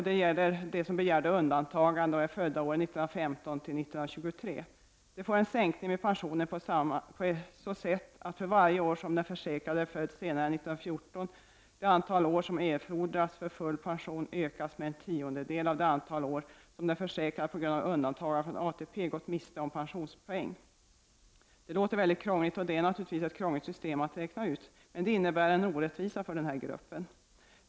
Det gäller dem som begärde undantagande och är födda åren 1915-1923. De får en sänkning med pensionen på så sätt att för varje år som den försäkrade är född senare än år 1914, det antal år som erfodras för full pension ökas med en tiondel av det antal år som den försäkrade på grund av undantagande från ATP gått miste om pensionspoäng. Det låter mycket krångligt. Det är naturligtvis ett krångligt system att räkna med, och det medför en orättvisa för den här gruppen.